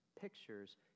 pictures